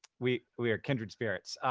we we are kindred spirits.